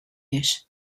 eix